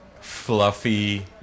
Fluffy